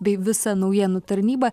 bei visa naujienų tarnyba